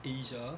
asia